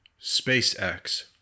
SpaceX